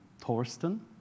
Thorsten